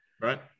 Right